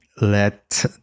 Let